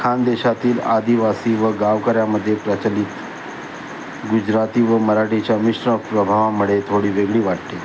खानदेशातील आदिवासी व गावकऱ्यामध्ये प्रचलित गुजराती व मराठीच्या मिश्र प्रभावामुळे थोडी वेगळी वाटते